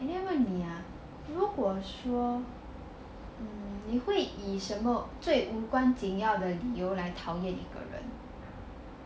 问你啊如果说你会以什么最无关紧要的理由来讨厌一个人